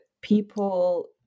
people